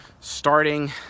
starting